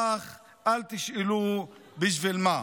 / אך אל תשאלו בשביל מה.